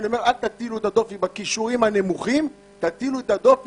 אני אומר: אל תטילו את הדופי בכישורים הנמוכים תטילו את הדופי